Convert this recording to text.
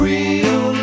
Real